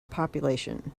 population